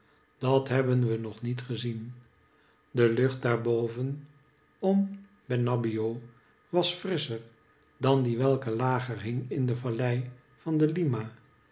dat hebben we nog niet gezien de lucht daarboven om benabbio was frisscher dan die welke lager hing in de valid van de lima